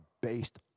based